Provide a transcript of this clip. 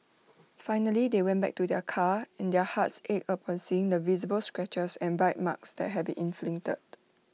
finally they went back to their car and their hearts ached upon seeing the visible scratches and bite marks that had been inflicted